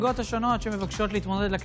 ההצעה להעביר את הנושא לוועדת הכספים נתקבלה.